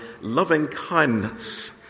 Loving-kindness